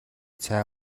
цай